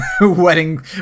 wedding